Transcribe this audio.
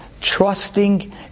trusting